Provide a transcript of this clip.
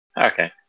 Okay